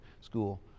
school